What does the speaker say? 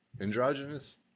Androgynous